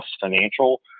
Financial